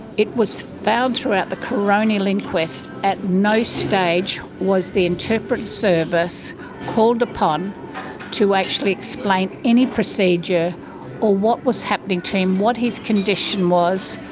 it was found throughout the coronial inquest at no stage was the interpreter service called upon to actually explain any procedure or what was happening to him, what his condition was,